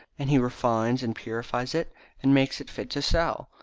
and he refines and purifies it and makes it fit to sell.